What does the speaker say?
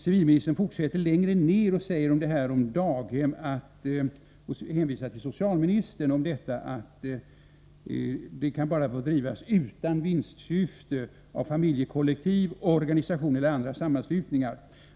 Civilministern hänvisar i sitt svar till vad socialministern sagt om att | daghem får drivas ”utan vinstsyfte av familjekollektiv, organisationer eller | andra sammanslutningar.